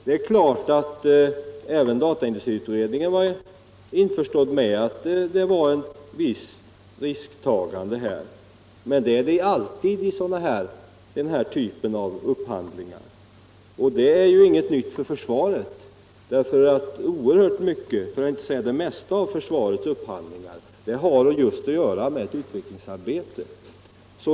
Det är klart att även dataindustriutredningen var införstådd med att det var ett visst risktagande, men det är det alltid vid den här typen av upphandlingar. Det är inget nytt för försvaret, eftersom oerhört mycket, för att intet säga det mesta, av försvarets upphandlingar har att göra med utvecklingsarbete.